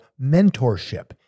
mentorship